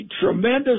tremendous